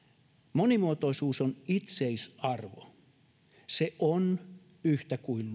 monimuotoisuus on itseisarvo se on yhtä kuin